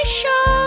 show